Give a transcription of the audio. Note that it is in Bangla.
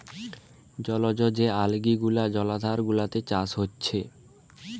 জলজ যে অ্যালগি গুলা জলাধার গুলাতে চাষ হচ্ছে